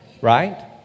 Right